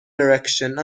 direction